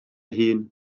hun